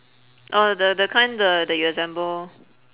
oh the the kind the that you assemble